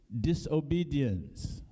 Disobedience